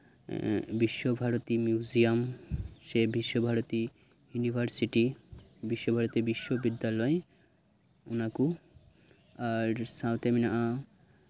ᱵᱤᱥᱥᱚ Bharati museum ᱥᱮ Visva Bharati university Visva Bharati ᱵᱤᱥᱥᱚ ᱵᱤᱫᱽᱫᱟᱞᱚᱭ ᱚᱱᱟ ᱠᱚ ᱟᱨ ᱥᱟᱶᱛᱮ ᱢᱮᱱᱟᱜᱼᱟ